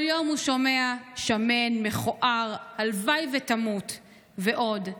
כל יום הוא שומע: שמן, מכוער, הלוואי שתמות ועוד.